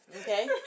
Okay